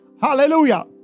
hallelujah